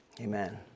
Amen